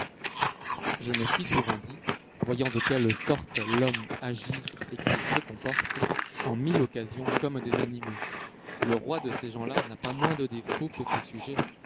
je me suis souvent dit voyant de quelle sorte l'homme agit et qu'il se comporte en mille occasions comme les animaux le roi de ces gens-là n'a pas moins de défauts que ses sujets